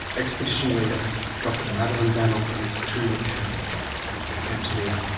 expedition leader dr madeleine van oppen too looked happy and said to me,